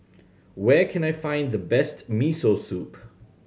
where can I find the best Miso Soup